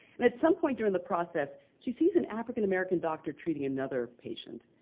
and at some point during the process, she sees an african-american doctor treating another patient,